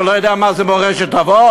אתה לא יודע מה זה מורשת אבות,